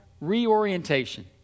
reorientation